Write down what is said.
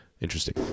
Interesting